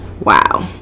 Wow